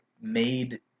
made